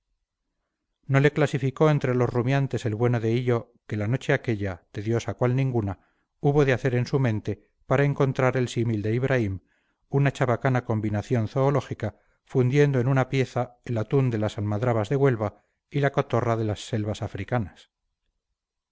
no le clasificó entre los rumiantes el bueno de hillo que la noche aquella tediosa cual ninguna hubo de hacer en su mente para encontrar el símil de ibraim una chabacana combinación zoológica fundiendo en una pieza el atún de las almadrabas de huelva y la cotorra de las selvas africanas